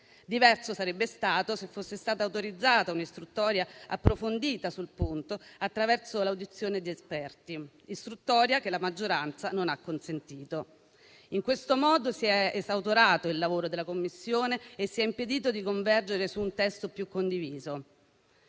Diverso sarebbe stato se fosse stata autorizzata un'istruttoria approfondita sul punto, attraverso l'audizione di esperti, istruttoria che la maggioranza non ha consentito. In questo modo si è esautorato il lavoro della Commissione e si è impedito di convergere su un testo più condiviso.